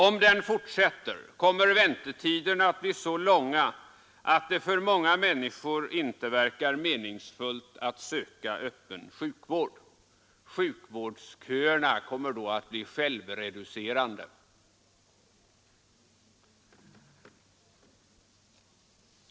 Om den fortsätter kommer väntetiderna att bli så långa att det för många människor inte verkar meningsfullt att söka öppen sjukvård. Sjukvårdsköerna kommer då att bli självreducerande.